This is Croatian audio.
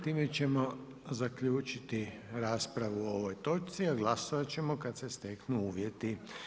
Time ćemo zaključiti raspravu o ovoj točci, a glasovat ćemo kada se steknu uvjeti.